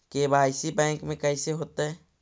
KYC bank में कैसे होतै?